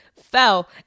fell